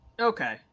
Okay